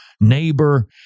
neighbor